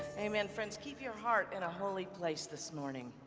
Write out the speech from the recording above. amen, friends. keep your heart in a holy place this morning.